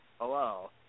Hello